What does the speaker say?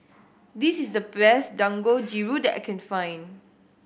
this is the best Dangojiru that I can find